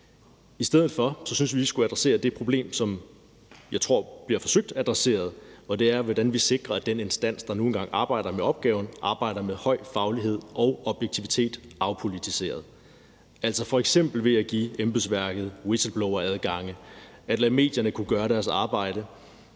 I stedet for synes vi vi skulle adressere det problem, som jeg tror bliver forsøgt adresseret, og det er, hvordan vi sikrer, at den instans, der nu engang arbejder med opgaven, arbejder med høj faglighed og objektivitet og er afpolitiseret. Det kunne f.eks. være ved at give embedsværket whistle blower-adgange og at lade medierne kunne gøre deres arbejde.